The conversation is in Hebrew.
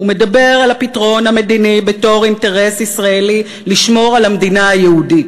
הוא מדבר על הפתרון המדיני בתור אינטרס ישראלי לשמור על המדינה היהודית,